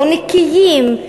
לא נקיים,